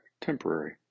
temporary